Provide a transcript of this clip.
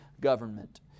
government